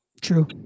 True